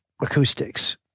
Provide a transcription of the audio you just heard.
acoustics